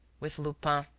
with lupin,